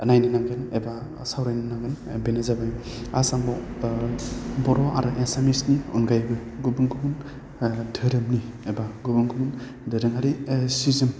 नायनो नांगोन एबा सावरायनो नांगोन बेनो जादों आसामाव बर' आरो एसामिसनि अनगायैबो गुबुन गुबुन धोरोमनि एबा गुबुन गुबुन दोरोङारि सि जोम